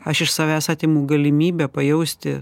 aš iš savęs atimu galimybę pajausti